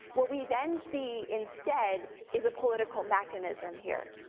what we then see instead is a political mechanism here.